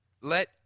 Let